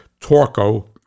Torco